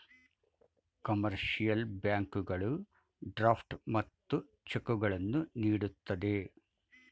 commercial ಬ್ಯಾಂಕುಗಳು draft ಮತ್ತು ಚೆಕ್ಕುಗಳನ್ನು ನೀಡುತ್ತದೆ